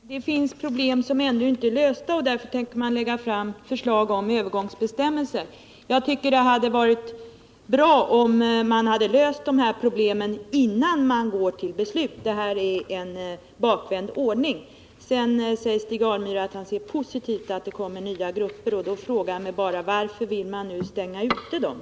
Herr talman! Det finns problem som ännu inte är lösta, och därför begär man förslag om övergångsbestämmelser, säger Stig Alemyr. Jag tycker att man borde ha löst problemen innan man går till beslut. Det här är en bakvänd ordning. Sedan säger Stig Alemyr att han ser det som positivt att det kommer nya grupper av högskolestuderande. Då är min fråga bara: Varför vill man nu stänga dem ute?